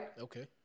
Okay